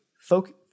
Focus